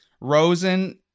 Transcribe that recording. Rosen